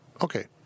Okay